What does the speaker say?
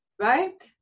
Right